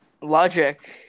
logic